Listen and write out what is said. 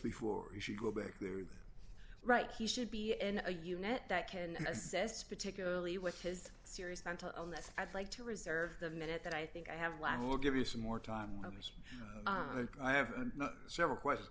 before he go back there right he should be in a unit that can assess particularly with his serious mental illness i'd like to reserve the minute that i think i have learned will give you some more time with others i have several quest